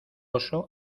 oso